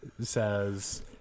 says